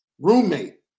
roommate